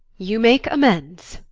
you make amends.